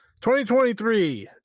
2023